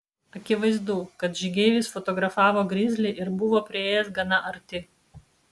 akivaizdu kad žygeivis fotografavo grizlį ir buvo priėjęs gana arti